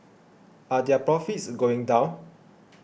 are their profits going down